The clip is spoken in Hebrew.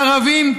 לערבים,